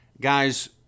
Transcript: Guys